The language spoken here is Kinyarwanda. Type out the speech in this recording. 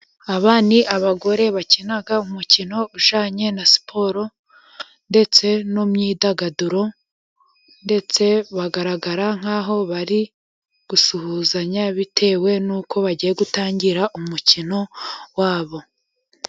Aba ni abagore bakina umukino ujyanye na siporo ndetse n'imyidagaduro, ndetse bagaragara nk'aho bari gusuhuzanya, bitewe n'uko bagiye gutangira umukino wabo.